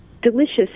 delicious